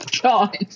god